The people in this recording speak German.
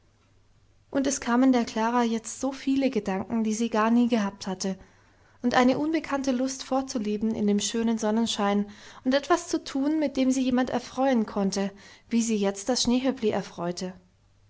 und es kamen der klara jetzt so viele gedanken die sie gar nie gehabt hatte und eine unbekannte lust fortzuleben in dem schönen sonnenschein und etwas zu tun mit dem sie jemand erfreuen konnte wie sie jetzt das schneehöppli erfreute